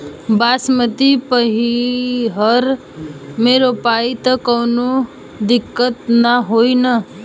बासमती पलिहर में रोपाई त कवनो दिक्कत ना होई न?